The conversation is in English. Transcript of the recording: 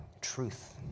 truth